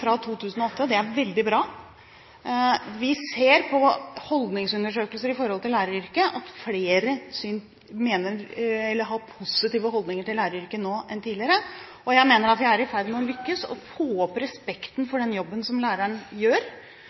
fra 2008. Det er veldig bra. Vi ser gjennom holdningsundersøkelser når det gjelder læreryrket, at flere har positive holdninger til læreryrket nå enn tidligere. Jeg mener at vi er i ferd med å lykkes med å øke respekten for den jobben som læreren gjør,